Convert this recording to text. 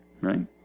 right